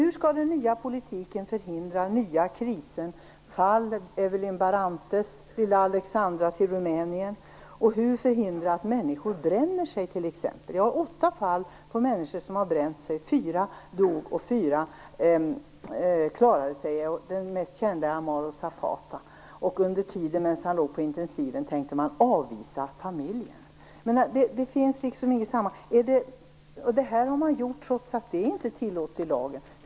Hur skall den nya politiken kunna förhindra nya kriser? Jag tänker på fallet Evelyn Barrantes och på lilla Alexandra från Rumänien. Och hur förhindras t.ex. att människor bränner sig? Jag har exempel på åtta fall där människor bränt sig. Fyra dog och fyra klarade sig. Den mest kände är Amaro Zapata. Medan han låg på intensiven tänkte man avvisa hans familj. Detta har gjorts, trots att det inte är tillåtet enligt lagen.